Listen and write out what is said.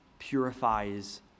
purifies